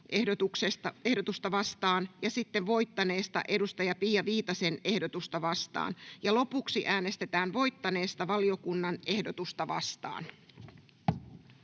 ehdotusta vastaan, sitten voittaneesta edustaja Pia Viitasen ehdotusta vastaan, ja lopuksi äänestetään voittaneesta valiokunnan ehdotusta vastaan.